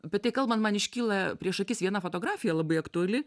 apie tai kalbant man iškyla prieš akis viena fotografija labai aktuali